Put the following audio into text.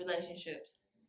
relationships